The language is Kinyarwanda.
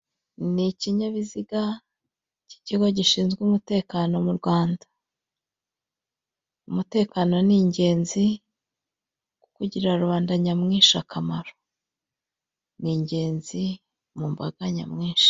Ni ikinyabiziga cy'ikigo gishinzwe umutekano mu Rwanda. Umutekano ni ingenzi, ugirira rubanda nyamwinshi akamaro, ni genzi mu mbaga nyamwinshi.